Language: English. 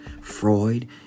freud